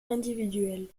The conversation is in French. individuelle